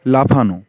লাফানো